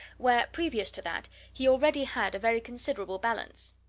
where, previous to that, he already had a very considerable balance.